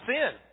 sin